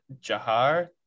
Jahar